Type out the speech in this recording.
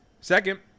Second